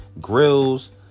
grills